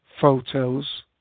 photos